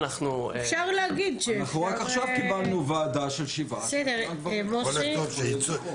רק עכשיו קיבלנו ועדה של שבעה אנשים וכולם גברים.